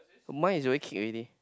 mine is already kicked already